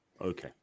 Okay